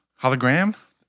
hologram